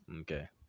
Okay